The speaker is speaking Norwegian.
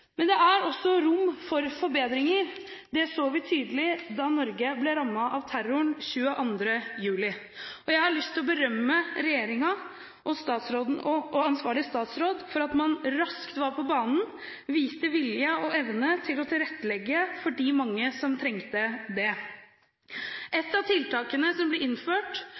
Men det er også rom for forbedringer, det så vi tydelig da Norge ble rammet av terroren 22. juli. Jeg har lyst til å berømme regjeringen og ansvarlig statsråd for at man raskt var på banen og viste vilje og evne til å tilrettelegge for de mange som trengte det. Et av tiltakene som ble innført